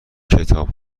کتاب